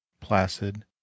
placid